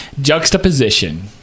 Juxtaposition